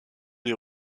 des